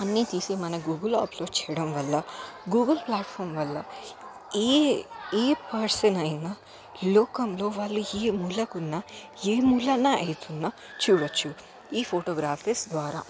అన్నీ తీసి మన గూగుల్లో అప్లోడ్ చెయ్యడం వల్ల గూగుల్ ప్లాట్ఫామ్ వల్ల ఏ ఏ పర్సన్ అయిన లోకంలో వాళ్ళు ఏ మూలకున్న ఏ మూలన ఏదున్నా చూడచ్చు ఈ ఫొటోగ్రఫీస్ ద్వారా